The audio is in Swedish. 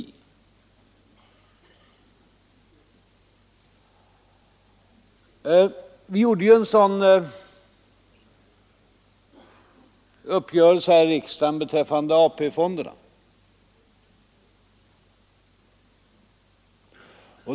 Vi har här i riksdagen träffat en sådan uppgörelse beträffande AP-fonderna.